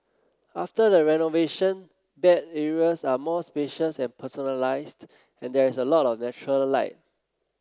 after the renovation bed areas are more spacious and personalised and there is a lot of natural light